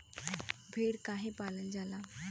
भेड़ काहे पालल जाला?